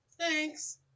Thanks